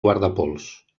guardapols